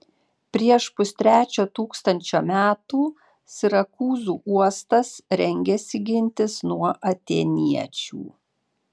prieš pustrečio tūkstančio metų sirakūzų uostas rengėsi gintis nuo atėniečių